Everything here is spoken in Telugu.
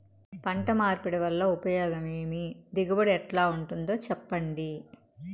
పంట మార్పిడి వల్ల ఉపయోగం ఏమి దిగుబడి ఎట్లా ఉంటుందో చెప్పండి?